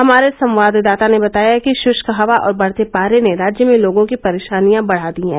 हमारे संवाददाता ने बताया है कि शुष्क हवा और बढ़ते पारे ने राज्य में लोगों की परेशानियां बढ़ा दी हैं